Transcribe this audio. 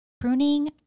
Pruning